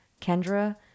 Kendra